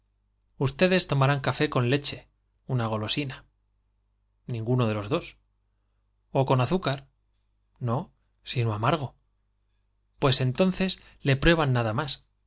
ustedes tomarán café con leche una golosina ningunode los dos ó con azúcar no sino amargo pues entonces le prueban nada más